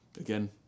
again